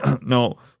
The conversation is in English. no